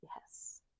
Yes